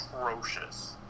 atrocious